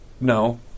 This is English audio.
No